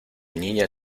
niña